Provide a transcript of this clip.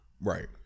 right